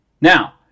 Now